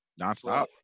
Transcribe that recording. nonstop